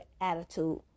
attitude